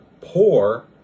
poor